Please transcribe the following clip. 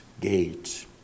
gate